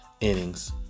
innings